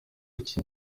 iki